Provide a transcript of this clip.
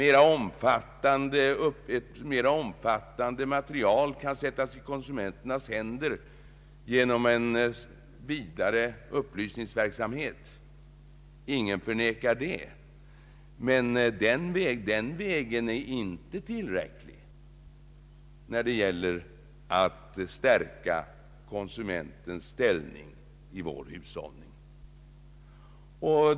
Ett mer omfattande material kan sättas i konsumenternas händer genom en vidare upplysningsverksamhet — ingen förnekar det — men denna väg är inte tillräcklig när det gäller att stärka konsumentens ställning i vår hushållning.